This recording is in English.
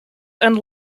and